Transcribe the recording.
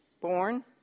born